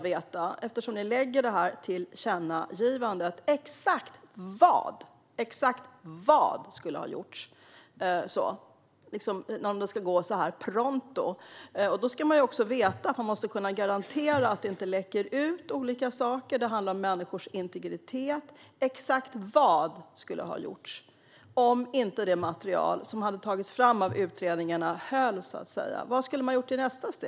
Eftersom ni lägger fram detta tillkännagivande vill jag därför veta exakt vad som skulle ha gjorts för att det ska gå så här pronto. Man ska veta att det måste gå att garantera att olika saker inte läcker ut. Det handlar om människors integritet. Exakt vad skulle ha gjorts om det material som har tagits fram av utredningarna inte höll måttet? Vad skulle ha gjorts i nästa steg?